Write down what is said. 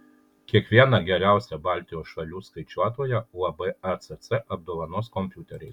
kiekvieną geriausią baltijos šalių skaičiuotoją uab acc apdovanos kompiuteriais